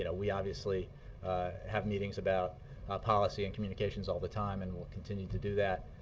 and we obviously have meetings about policy and communications all the time, and we'll continue to do that.